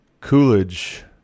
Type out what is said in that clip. Coolidge